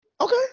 Okay